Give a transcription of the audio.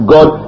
God